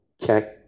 Check